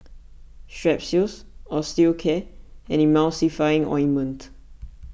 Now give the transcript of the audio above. Strepsils Osteocare and Emulsying Ointment